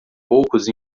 poucos